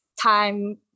time